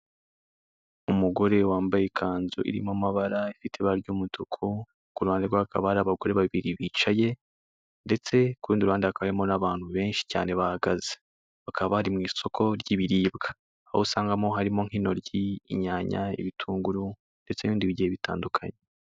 Umugore wambaye ikanzu irimo amabara, ifite ibara ry'umutuku, ku ruhande rwe hakaba hari abagore babiri bicaye ndetse ku rundi ruhande hakaba harimo n'abantu benshi cyane bahagaze. Bakaba bari mu isoko ry'ibiribwa. Aho usanga harimo nk'intoryi, inyanya, ibitunguru ndetse n'ibindi bigiye bitandukanye.